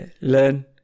learn